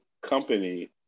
company